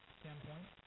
standpoint